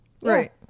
Right